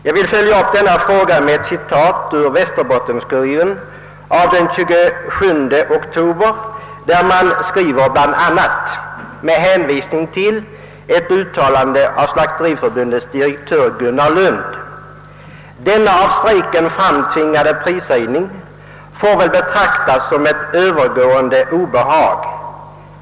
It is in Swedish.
Jag vill följa upp denna fråga med ett citat ur Västerbotten-Kuriren av den 27 oktober där man med hänvisning till uttalande av Slakteriförbundets direktör, Gunnar Lund, bl.a. skriver: »Denna av strejken framtvingade prishöjning får väl betraktas som ett övergående obehag.